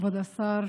כבוד השר,